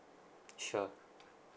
sure